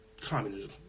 communism